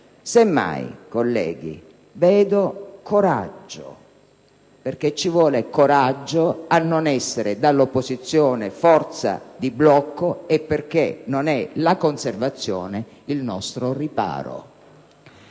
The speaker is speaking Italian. Semmai, colleghi, vedo coraggio, perché ci vuole coraggio a non essere, dall'opposizione, forza di blocco e perché non è la conservazione il nostro riparo